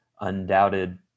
undoubted